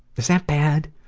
is that bad?